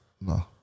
No